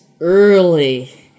early